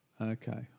okay